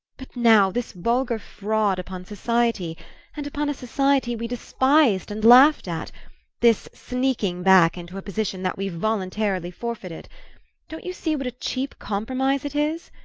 but now this vulgar fraud upon society and upon a society we despised and laughed at this sneaking back into a position that we've voluntarily forfeited don't you see what a cheap compromise it is?